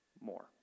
more